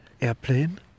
airplane